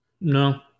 no